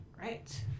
right